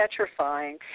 petrifying